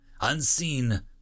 Unseen